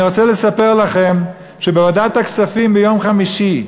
אני רוצה לספר לכם שבוועדת הכספים ביום חמישי,